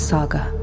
Saga